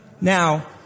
Now